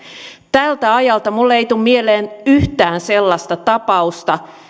tältä ajalta minulle ei tule mieleen yhtään sellaista tapausta